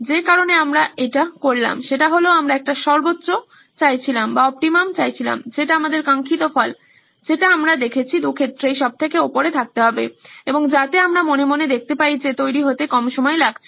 যে কারণে আমরা এটা করলাম সেটা হল আমরা একটা সর্বোচ্চ চাইছিলাম যেটা আমাদের কাঙ্খিত ফল যেটা আমরা দেখেছি দুক্ষেত্রেই সবথেকে উপরে থাকতে হবে এবং যাতে আমরা মনে মনে দেখতে পাই যে তৈরি হতে কম সময় লাগছে